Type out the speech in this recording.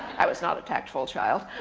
i was not a tactful child.